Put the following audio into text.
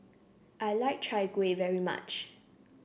I like Chai Kueh very much